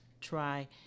try